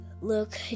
look